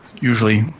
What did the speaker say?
usually